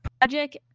Project